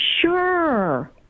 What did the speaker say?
sure